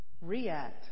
react